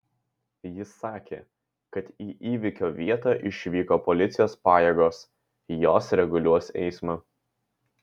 ji sakė kad į įvykio vietą išvyko policijos pajėgos jos reguliuos eismą